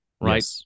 right